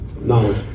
knowledge